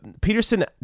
Peterson